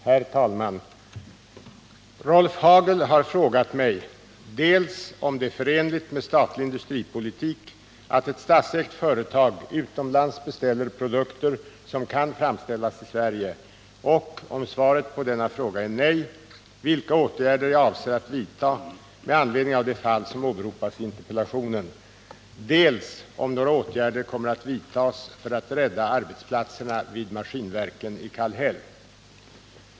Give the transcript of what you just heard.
Herr talman! Rolf Hagel har frågat mig dels om det är förenligt med statlig industripolitik att ett statsägt företag utomlands beställer produkter som kan framställas i Sverige och, om svaret på denna fråga är nej, vilka åtgärder jag avser att vidta med anledning av det fall som åberopas i interpellationen, dels om några åtgärder kommer att vidtas för att rädda arbetsplatserna vid Maskinverken i Kallhäll.